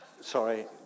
Sorry